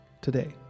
today